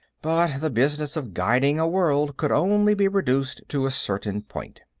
but the business of guiding a world could only be reduced to a certain point.